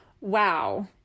wow